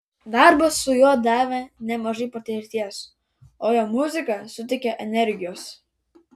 darbas su juo davė nemažai patirties o jo muzika suteikia energijos